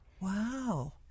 Wow